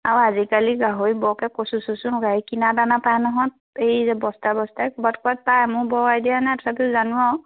আৰু আজিকালি গাহৰি বৰকে কচু চচু কিনা দানা পায় নহয় এই যে বস্তা বস্তাই ক'ৰবাত ক'ৰবাত পায় মোৰ বৰ আইডিয়া নাই তথাপিও জানো আৰু